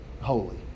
holy